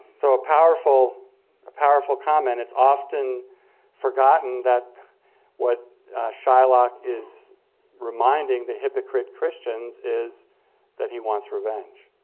so a powerful powerful comment. it's often forgotten that what shylock is reminding the hypocrite christians is that he wants revenge.